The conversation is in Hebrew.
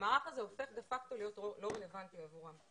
המערך הזה הופך דה פקטו להיות לא רלוונטי עבורם.